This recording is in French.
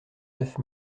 neuf